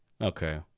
okay